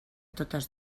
totes